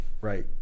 right